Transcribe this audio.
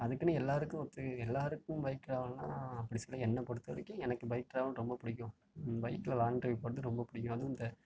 அதுக்குன்னு எல்லாருக்கும் ஒத்து எல்லாருக்கும் பைக் ட்ராவல்லாம் அப்படி சொல்லலை என்னப் பொறுத்தவரைக்கும் எனக்கு பைக் ட்ராவல் ரொம்ப பிடிக்கும் பைக்கில்லாங் ட்ரைவ் போகிறது ரொம்ப பிடிக்கும் அதுவும் இந்த